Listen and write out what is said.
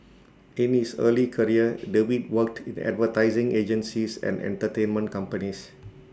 in his early career David worked in advertising agencies and entertainment companies